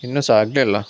ಇನ್ನು ಸಹ ಆಗಲಿಲ್ಲ